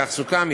כך סוכם,